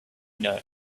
know